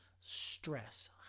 stress